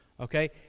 okay